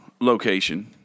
Location